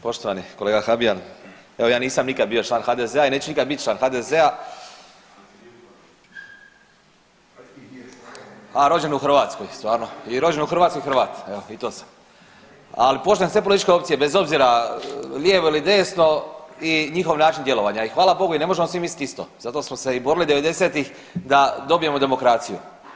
Poštovani kolega Habijan, evo ja nisam nikada bio član HDZ-a i neću nikad bit član HDZ-a, a rođen u Hrvatskoj stvarno i rođen u Hrvatskoj Hrvat jel i to sam, ali poštujem sve političke opcije bez obzira lijevo ili desno i njihov način djelovanja i hvala Bogu i ne možemo svi mislit isto, zato smo se i borili '90.-tih da dobijemo demokraciju.